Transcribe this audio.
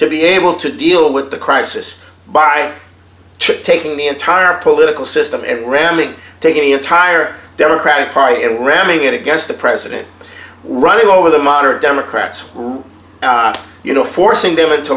to be able to deal with the crisis by taking the entire political system in ramming taking the entire democratic party and ramming it against the president running over the moderate democrats you know forcing them into